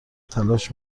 تلاش